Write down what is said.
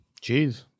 Jeez